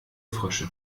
frösche